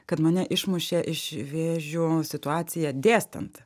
kad mane išmušė iš vėžių situaciją dėstant